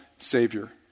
Savior